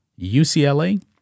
UCLA